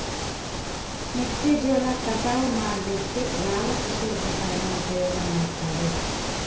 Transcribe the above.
ಮೆಕ್ಕೆಜೋಳ ಕಟಾವು ಮಾಡ್ಲಿಕ್ಕೆ ಯಾವ ಕೃಷಿ ಉಪಕರಣ ಉಪಯೋಗ ಮಾಡ್ತಾರೆ?